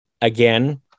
Again